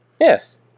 Yes